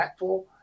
impactful